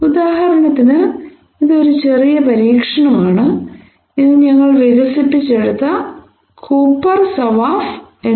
ഉദാഹരണത്തിന് ഇത് ഒരു ചെറിയ പരീക്ഷണമാണ് ഇത് ഞങ്ങൾ വികസിപ്പിച്ചെടുത്ത Cooper Sawaf Cooper and Sawaf